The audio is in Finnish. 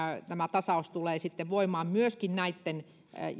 tämä tasaus tulee sitten voimaan myöskin näitten